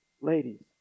ladies